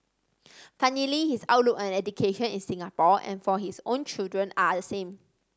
funnily his outlook on education in Singapore and for his own children are the same